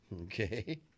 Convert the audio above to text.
Okay